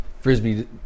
frisbee